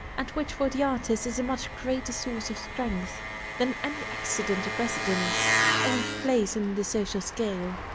and which for the artist is a much greater source of strength than any accident of residence or of place in the social scale.